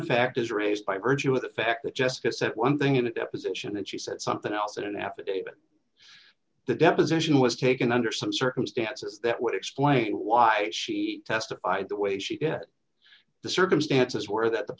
of fact is raised by virtue of the fact that justice at one thing in a deposition and she said something else in an affidavit the deposition was taken under some circumstances that would explain why she testified the way she did it the circumstances were that the